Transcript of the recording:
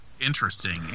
interesting